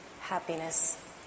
happiness